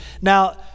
Now